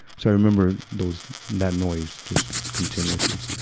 so i remember those, that noise just continuously.